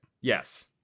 Yes